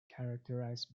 characterized